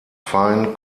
fein